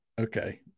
okay